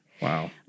Wow